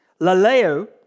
laleo